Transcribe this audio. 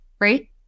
right